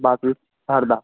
बाद में हरदा